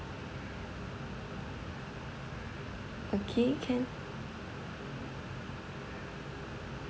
okay can